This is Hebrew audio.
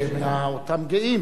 האחרים